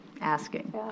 asking